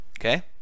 Okay